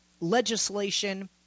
legislation